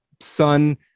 son